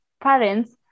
parents